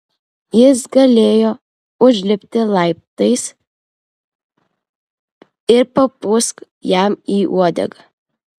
jis galėjo užlipti laiptais ir papūsk jam į uodegą